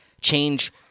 change